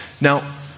Now